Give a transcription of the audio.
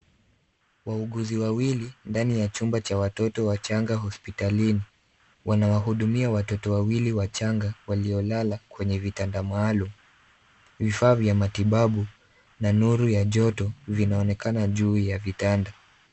Wauguzi wawili ndani ya chumba cha watoto wachanga hospitalini. Wanawahudumia watoto wawili wachaga waliolala kwenye vitanda maalum. Vifaa vya matibabu na nuru ya joto vinaonekana juu ya vitanda.